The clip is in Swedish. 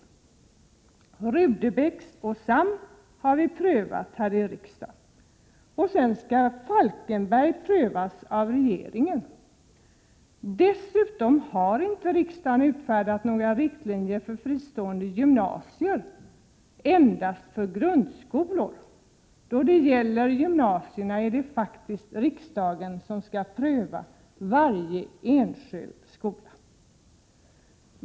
Sigrid Rudebecks gymnasium och Göteborgs högre samskola har vi prövat här i riksdagen, sedan skall Falkenbergs konstskola prövas av regeringen. Dessutom har inte riksdagen utfärdat några riktlinjer för fristående gymnasier utan endast för grundskolor. Då det gäller gymnasier är det faktiskt riksdagen som skall pröva varje enskild skola.